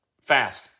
Fast